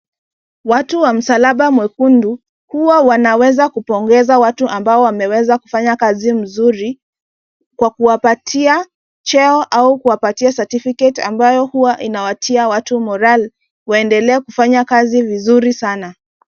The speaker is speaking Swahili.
Watu wa msalaba mwekundu huwa wanaweza kupongeza watu ambao wameweza kufanya kazi mzuri kwa kuwapatia cheo au kuwapatia certificate ambayo huwa inawatia watu morale waendelee kufanya kazi vizuri sana.